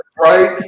Right